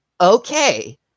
okay